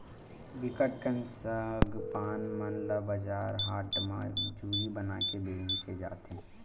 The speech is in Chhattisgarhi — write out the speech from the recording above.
बिकट कन सग पान मन ल बजार हाट म जूरी बनाके बेंचे जाथे